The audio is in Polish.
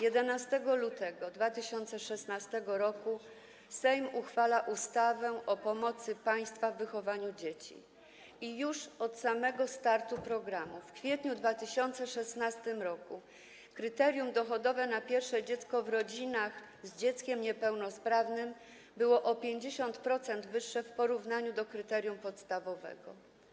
11 lutego 2016 r. Sejm uchwala ustawę o pomocy państwa w wychowaniu dzieci i już od samego startu programu w kwietniu 2016 r. kryterium dochodowe na pierwsze dziecko w rodzinach z dzieckiem niepełnosprawnym było o 50% wyższe w porównaniu z kryterium podstawowym.